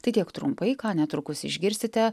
tai tiek trumpai ką netrukus išgirsite